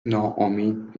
ناامید